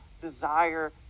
desire